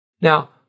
Now